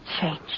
changed